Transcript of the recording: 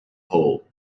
hole